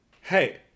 Hey